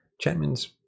Chapman's